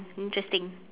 interesting